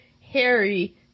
Harry